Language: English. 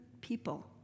people